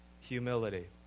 humility